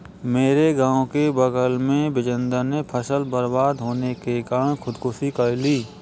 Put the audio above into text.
हमारे गांव के बगल में बिजेंदर ने फसल बर्बाद होने के कारण खुदकुशी कर ली